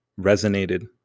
resonated